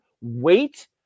wait